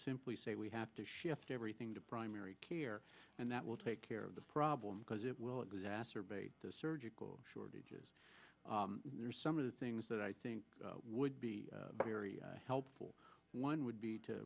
simply say we have to shift everything to primary care and that will take care of the problem because it will exacerbate the surgical shortage is there some of the things that i think would be very helpful one would be to